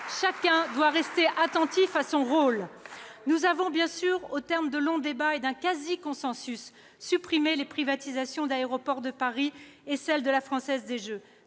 chacun doit être attentif à son rôle. Nous avons bien sûr, au terme de longs débats ayant mené à un quasi-consensus, renoncé aux privatisations d'Aéroport de Paris et de La Française des jeux.